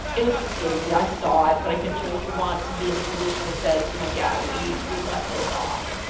it was just busy. i saw it, but i couldn't you know, you want to be in a position that says, you know yeah, we we cut this off.